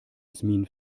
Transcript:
jasmin